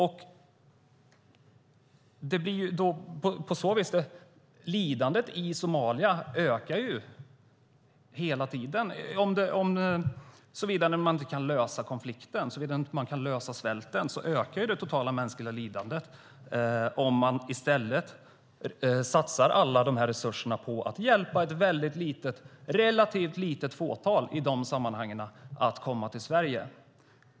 På så vis ökar lidandet i Somalia hela tiden, såvida man inte kan lösa konflikten och komma till rätta med svälten. Det totala mänskliga lidandet ökar om man i stället satsar alla resurserna på att hjälpa ett i dessa sammanhang relativt litet fåtal att komma till Sverige.